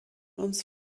uns